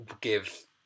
give